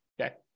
Okay